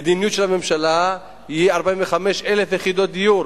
המדיניות של הממשלה היא 45,000 יחידות דיור,